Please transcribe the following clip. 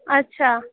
अच्छा